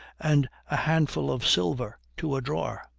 and a handful of silver to a drawer.